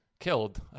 killed